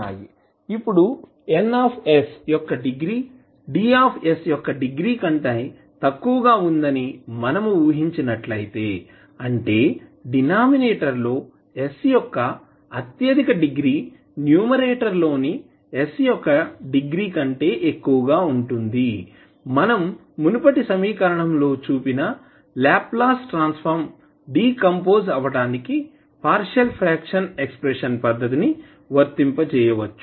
ఇప్పుడు N యొక్క degree D యొక్క డిగ్రీ కంటే తక్కువగా ఉందని మనము ఊహించినట్లైతే అంటే డినామినేటర్ లో s యొక్క అత్యధిక డిగ్రీ న్యూమరేటర్లోని s యొక్క డిగ్రీ కంటే ఎక్కువగా ఉంటుంది మనం మునుపటి సమీకరణంలో చూపిన లాప్లాస్ ట్రాన్స్ ఫార్మ్ డీకంపోజ్ అవటానికి పార్షియల్ ఫ్రాక్షన్ ఎక్సపెన్షన్ పద్ధతిని వర్తింపజేయవచ్చు